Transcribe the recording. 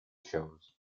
shows